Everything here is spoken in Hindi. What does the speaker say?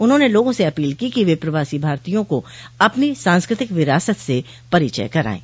उन्होंने लोगों से अपील की कि वे प्रवासी भारतीयों का अपनी सांस्कृतिक विरासत से परिचय कराएं